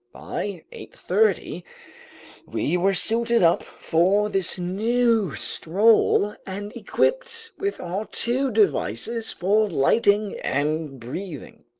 by eight thirty we were suited up for this new stroll and equipped with our two devices for lighting and breathing.